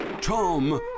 Tom